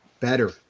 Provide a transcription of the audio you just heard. better